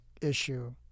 issue